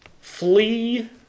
Flee